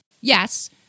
Yes